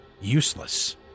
Useless